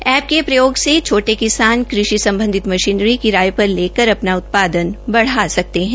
app के प्रयोग से छोटे किसान कृषि सम्बधित मशीनरी किराये पर लेकर अपना उत्पादन बढ़ा सकते है